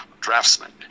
draftsman